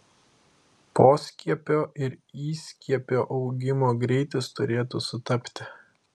poskiepio ir įskiepio augimo greitis turėtų sutapti